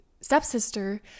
stepsister